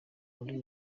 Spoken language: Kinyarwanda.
muri